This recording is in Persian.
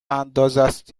اندازست